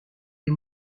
des